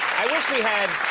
i wish we had